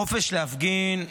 החופש להפגין,